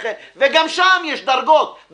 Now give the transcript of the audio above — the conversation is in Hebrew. וגם שם יש דרגות,